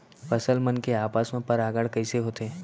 फसल मन के आपस मा परागण कइसे होथे?